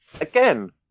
Again